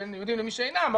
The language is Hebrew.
בין יהודים למי שאינם,